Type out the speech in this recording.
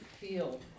feel